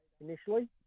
initially